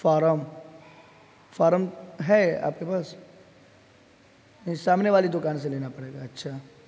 form form ہے آپ کے پاس نہیں سامنے والی دکان سے لینا پڑے گا اچھا